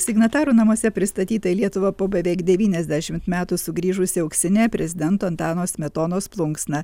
signatarų namuose pristatyta į lietuvą po beveik devyniasdešimt metų sugrįžusi auksinė prezidento antano smetonos plunksna